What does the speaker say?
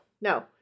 no